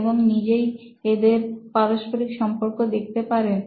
এবং নিজেই এদের পারস্পরিক সম্পর্ক দেখতে পারেন